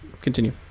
continue